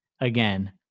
again